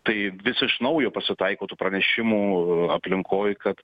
tai vis iš naujo pasitaiko tų pranešimų aplinkoj kad